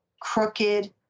crooked